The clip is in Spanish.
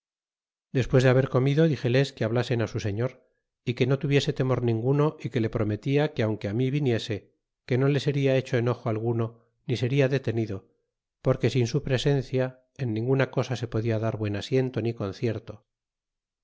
despues de haber comido dizeles que hablasen su señor y que no tuviese temor ninguno y que le prome tia que aunque ante mi viniese que no le seria hecho enojo al guno ni seria detenido porque sin su presencia en ninguna cosa se podia dar buen asiento ni concierto